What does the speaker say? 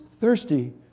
thirsty